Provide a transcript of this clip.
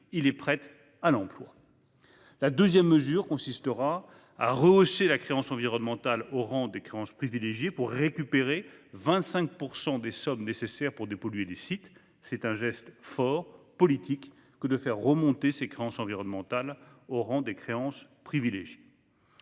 il est prêt à l'emploi. » La seconde mesure consiste à rehausser la créance environnementale au rang des créances privilégiées pour récupérer 25 % des sommes nécessaires pour dépolluer les sites. C'est un geste politique fort que de faire remonter ces créances environnementales au rang des créances privilégiées.